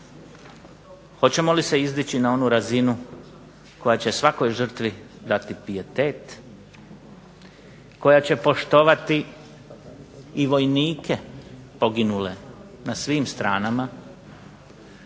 hoćemo li se izdići na onu razinu koja će svakoj žrtvi dati pijetet, koja će poštovati i vojnike poginule na svim stranama.